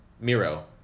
Miro